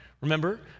Remember